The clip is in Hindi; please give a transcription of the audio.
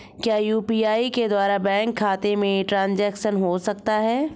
क्या यू.पी.आई के द्वारा बैंक खाते में ट्रैन्ज़ैक्शन हो सकता है?